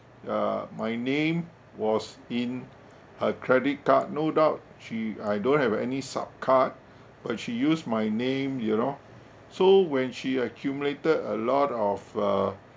uh my name was in her credit card no doubt she I don't have any sub card but she used my name you know so when she accumulated a lot of uh